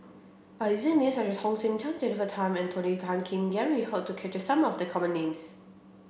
by names such as Hong Sek Chern Jennifer Tham and Tony Tan Keng Yam we hope to capture some of the common names